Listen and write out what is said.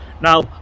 now